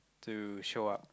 to show up